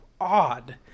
odd